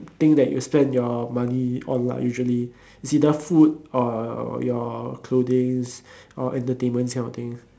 thing that you spend your money on lah usually it's either food or your clothings or entertainment this kind of thing